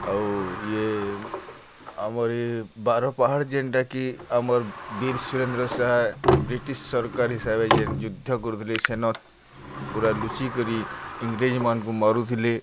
ଆଉ ଇଏ ଆମର୍ ଇ ବାରପହାଡ଼୍ ଯେନ୍ଟାକି ଆମର୍ ବୀର୍ ସୁରେନ୍ଦ୍ର ସାଏ ବ୍ରିଟିଶ୍ ସର୍କାର୍ ହିସାବେ ଯେନ୍ ଯୁଦ୍ଧ କରୁଥିଲେ ସେନ ପୁରା ଲୁଚି କରି ଇଂରେଜ୍ମାନଙ୍କୁ ମାରୁଥିଲେ